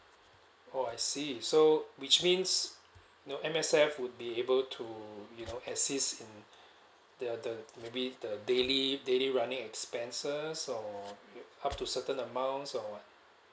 oh I see so which means know M_S_F would be able to you know assist in the the maybe the daily daily running expenses or up to certain amount or what